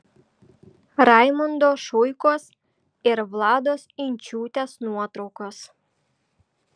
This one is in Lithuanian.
raimundo šuikos ir vlados inčiūtės nuotraukos